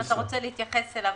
אם אתה רוצה להתייחס אליו,